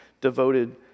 devoted